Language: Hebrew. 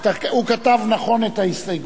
הוא כתב נכון את ההסתייגות.